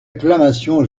acclamation